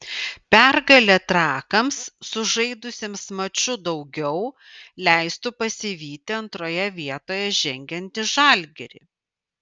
pergalė trakams sužaidusiems maču daugiau leistų pasivyti antroje vietoje žengiantį žalgirį